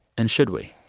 and should we?